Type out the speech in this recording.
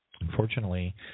Unfortunately